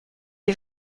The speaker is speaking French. est